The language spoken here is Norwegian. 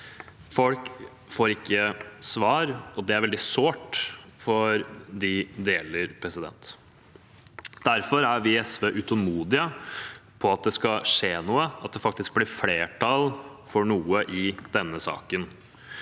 Folk får ikke svar, og det er veldig sårt for dem det gjelder. Derfor er vi i SV utålmodige etter at det skal skje noe, og at det blir flertall for noe i denne saken